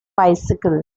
bicycle